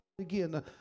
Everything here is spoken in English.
again